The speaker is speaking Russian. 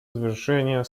завершения